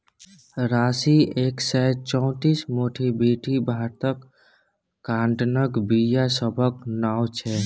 राशी एक सय चौंतीस, मोथीबीटी भारतक काँटनक बीया सभक नाओ छै